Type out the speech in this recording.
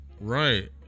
right